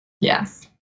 Yes